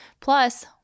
Plus